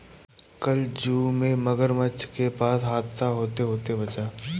कल जू में मगरमच्छ के पास हादसा होते होते बचा